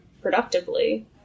productively